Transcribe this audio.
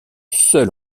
seul